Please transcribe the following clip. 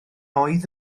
oedd